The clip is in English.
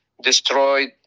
Destroyed